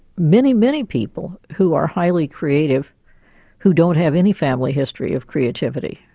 many, many people, who are highly creative who don't have any family history of creativity.